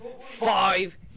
Five